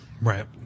Right